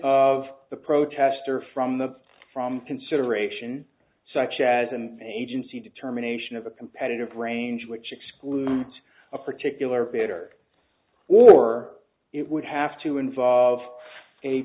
of the protester from the from consideration such as and agency determination of a competitive range which excludes a particular bitter or it would have to involve a